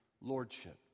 lordship